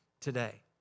today